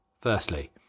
firstly